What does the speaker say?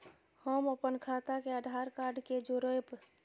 हम अपन खाता के आधार कार्ड के जोरैब?